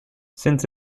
since